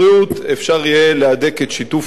אפשר יהיה להדק את שיתוף הפעולה,